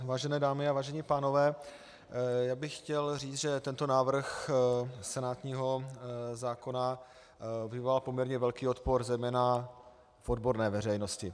Vážené dámy a vážení pánové, já bych chtěl říct, že tento návrh senátního zákona vyvolal poměrně velký odpor zejména odborné veřejnosti.